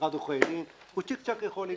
למשרד עורכי דין, הוא צ'יק-צ'ק יכול לגבות.